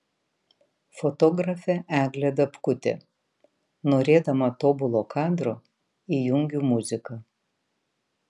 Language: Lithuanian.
fotografė eglė dabkutė norėdama tobulo kadro įjungiu muziką